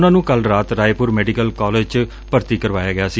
ਉਨ੍ਹਾਂ ਨੂੰ ਕੱਲੁ ਰਾਤ ਰਾਏਪੁਰ ਮੈਡੀਕਲ ਕਾਲਜ ਚ ਭਰਤੀ ਕਰਵਾਇਆ ਗਿਆ ਸੀ